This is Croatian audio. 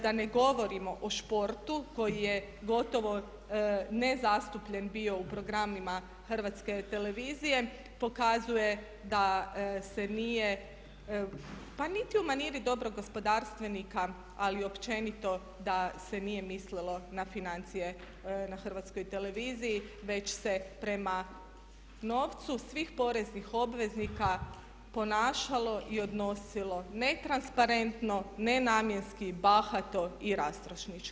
Da ne govorimo o športu koji je gotovo nezastupljen bio u programima HRT-a pokazuje da se nije pa niti u maniri dobrog gospodarstvenika ali i općenito da se nije mislilo na financije na HRT-u već se prema novcu svih poreznih obveznika ponašalo i odnosilo netransparentno, nenamjenski, bahato i rastrošnički.